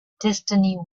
destiny